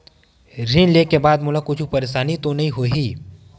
ऋण लेके बाद मोला कुछु परेशानी तो नहीं होही?